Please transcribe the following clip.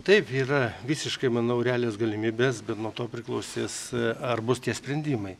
taip yra visiškai manau realios galimybės bet nuo to priklausis ar bus tie sprendimai